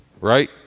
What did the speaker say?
Right